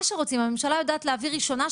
מה שרוצים הממשלה יודעת להעביר ראשונה,